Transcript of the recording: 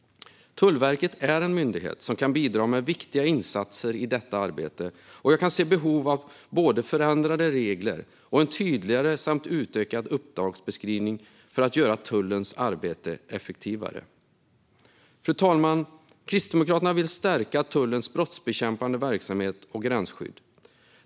Tullverket är en myndighet som kan bidra med viktiga insatser i arbetet, och jag kan se ett behov av förändrade regler och en tydligare och utökad uppdragsbeskrivning för att göra tullens arbete effektivare. Fru talman! Kristdemokraterna vill stärka tullens brottsbekämpande verksamhet och gränsskydd.